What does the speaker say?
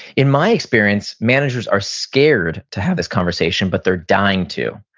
in my experience, managers are scared to have this conversation, but they're dying to.